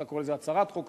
אתה קורא לזה הצהרת חוק,